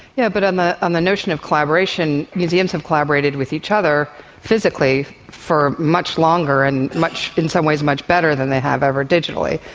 yeah but on the on the notion of collaboration, museums have collaborated with each other physically for much longer and in some ways much better than they have ever digitally.